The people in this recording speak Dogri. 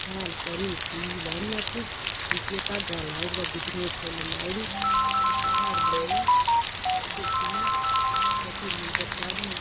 शैल करी सुई लैनी आपूं सुइयै धागा लाई'र ते गुट्टियै फुल्ल लाई'री हार परौने ते ओह्दे सीने ते फ्ही मंदर चाढ़ने